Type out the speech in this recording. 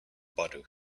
butter